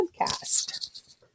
podcast